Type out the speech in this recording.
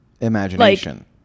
Imagination